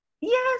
Yes